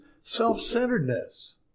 self-centeredness